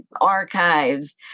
archives